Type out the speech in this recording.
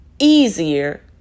easier